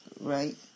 right